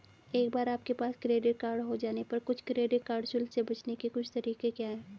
एक बार आपके पास क्रेडिट कार्ड हो जाने पर कुछ क्रेडिट कार्ड शुल्क से बचने के कुछ तरीके क्या हैं?